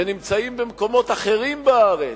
שנמצאים במקומות אחרים בכנסת,